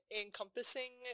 encompassing